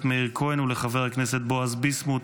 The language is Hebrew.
מאיר כהן ולחבר הכנסת בועז ביסמוט,